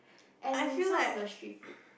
and some of the street food